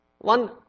One